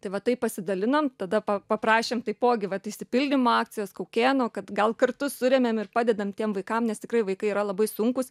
tai va taip pasidalinom tada pa paprašėm taipogi vat išsipildymo akcijos kaukėno kad gal kartu suremiam ir padedam tiem vaikam nes tikrai vaikai yra labai sunkūs